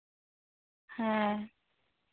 ᱦᱮᱸ